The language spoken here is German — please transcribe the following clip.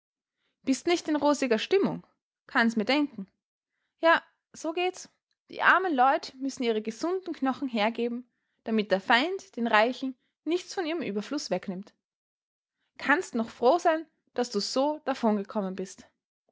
bist nicht in rosiger stimmung kann's mir denken ja so geht's die armen leut müssen ihre gesunden knochen hergeben damit der feind den reichen nichts von ihrem überfluß wegnimmt kannst noch froh sein daß du so davon gekommen bist